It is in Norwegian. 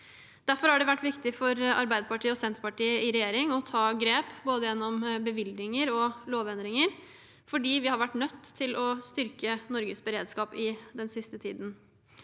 Derfor har det vært viktig for Arbeiderpartiet og Senterpartiet i regjering å ta grep, både gjennom bevilgninger og gjennom lovendringer, for vi har vært nødt til å styrke Norges beredskap den siste tiden.